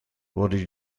wurde